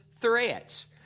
threats